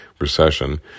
recession